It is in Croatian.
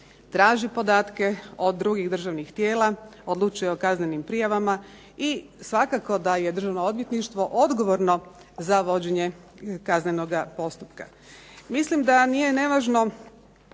traži podatke od drugih Državnih tijela, odlučuje o kaznenim prijavama i svakako da je Državno odvjetništvo odgovorno za vođenje kaznenoga postupka. Mislim da nije nevažno